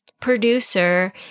producer